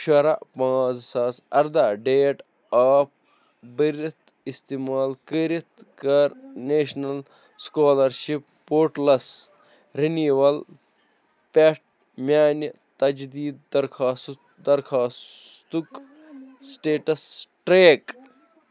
شُراہ پانٛژ زٕ ساس اَرداہ ڈیٹ آف بٔرتھ اِستعمال کٔرِتھ کَر نیشنل سُکالرشِپ پورٹلس رِنِوَل پٮ۪ٹھ میٛانہِ تجدیٖد درخاسُک درخواستُک سِٹیٹس ٹرٛیک